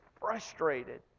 frustrated